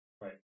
Right